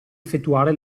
effettuare